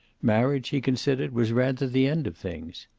marriage, he considered, was rather the end of things.